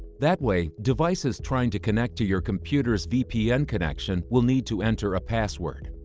that way, devices trying to connect to your computer's vpn connection will need to enter a password.